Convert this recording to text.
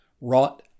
wrought